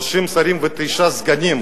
30 שרים ותשעה סגנים.